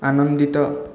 ଆନନ୍ଦିତ